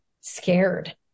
scared